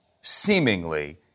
seemingly